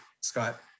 Scott